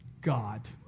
God